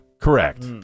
Correct